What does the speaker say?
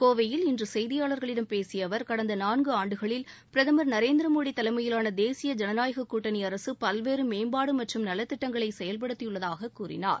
கோவையில் இன்று செய்தியாளர்களிடம் பேசிய அவர் கடந்த நான்கு ஆண்டுகளில் பிரதமர் நரேந்திர மோடி தலைமையிவான தேசிய ஜனநாயக கூட்டணி அரசு பல்வேறு மேம்பாடு மற்றும் நலத்திட்டங்களை செயல்படுத்தியுள்ளதாக கூறினார்